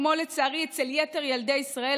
כמו לצערי אצל יתר ילדי ישראל,